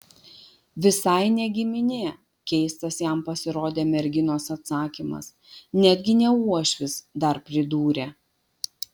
visai ne giminė keistas jam pasirodė merginos atsakymas netgi ne uošvis dar pridūrė